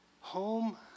Home